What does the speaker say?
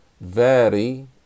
vary